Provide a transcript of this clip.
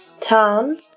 town